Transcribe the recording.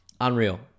Unreal